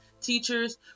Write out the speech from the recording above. teachers